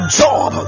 job